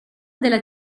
della